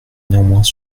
néanmoins